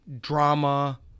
drama